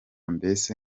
mbese